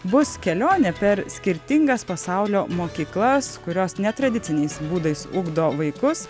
bus kelionė per skirtingas pasaulio mokyklas kurios netradiciniais būdais ugdo vaikus